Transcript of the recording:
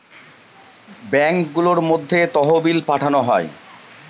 ব্যাঙ্কগুলোর মধ্যে তহবিল পাঠানো হয়